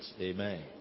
Amen